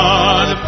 God